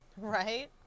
Right